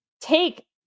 take